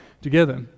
together